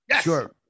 Sure